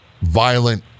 violent